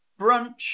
brunch